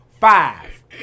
five